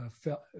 felt